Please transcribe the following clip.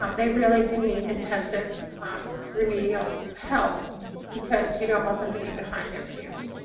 um they really do need intensive remedial help because you don't want them to be behind their peers.